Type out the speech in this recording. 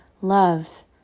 love